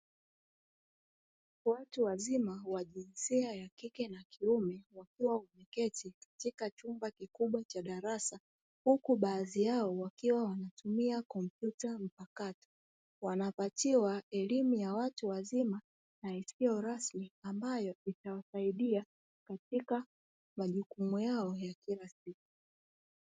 Watu wazima wajinsia ya kike na ya kiume wakiwa wameketi katika chumba kikubwa cha darasa, huku baadhi yao wakiwa wanatumia komputa mpakato wanapatiwa elimu ya watu wazima na isiyo rasmi ambayo itawasaidia katika majukumu yao ya kila siku.